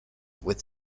with